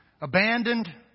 abandoned